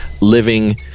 living